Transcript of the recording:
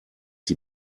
die